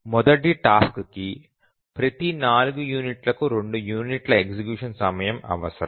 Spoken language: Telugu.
మొదటి టాస్క్ కి ప్రతి 4 యూనిట్లకు 2 యూనిట్ల ఎగ్జిక్యూషన్ సమయం అవసరం